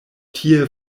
tie